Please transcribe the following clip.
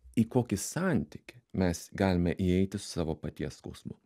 į kokį santykį mes galime įeiti su savo paties skausmu